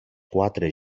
quatre